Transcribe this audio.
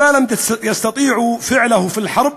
מה שלא מסוגלים לעשותו במלחמה